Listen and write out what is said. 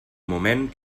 moment